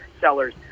sellers